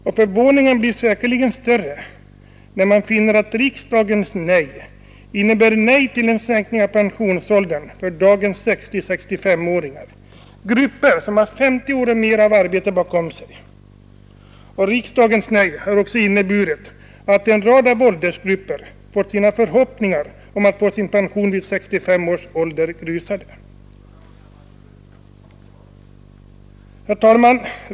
Och förvåningen blir säkerligen större när man finner att riksdagens nej innebar nej till en sänkning av pensionsåldern för dagens 60—6S5-åringar, dvs. grupper som har 50 år och mer av arbete bakom sig. Riksdagens nej har också inneburit att en rad åldersgrupper fått sina förhoppningar om pension vid 65 års ålder grusade. Herr talman!